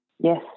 Yes